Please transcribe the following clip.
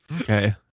Okay